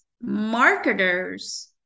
marketers